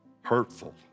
hurtful